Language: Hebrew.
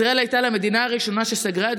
ישראל הייתה למדינה הראשונה שסגרה את